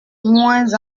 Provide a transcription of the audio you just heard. moins